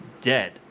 dead